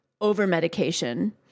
over-medication